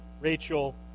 Rachel